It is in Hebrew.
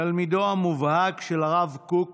תלמידו המובהק של הרב קוק